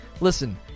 listen